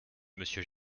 monsieur